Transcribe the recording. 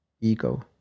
ego